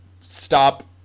stop